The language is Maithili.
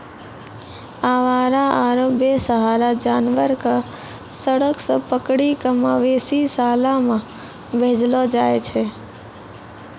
आवारा आरो बेसहारा जानवर कॅ सड़क सॅ पकड़ी कॅ मवेशी शाला मॅ भेजलो जाय छै